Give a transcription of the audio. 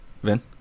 Vin